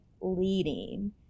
leading